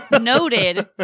noted